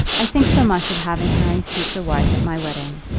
i think so much of having harry's future wife at my wedding.